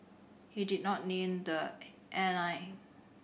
he did not the airline